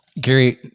Gary